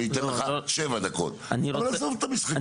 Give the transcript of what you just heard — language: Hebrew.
אתן לך שבע דקות אבל עזוב את המשחקים.